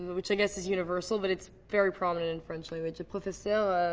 which i guess is universal, but it's very prominent in french language. professor,